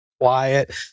quiet